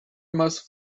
must